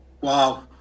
Wow